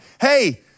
hey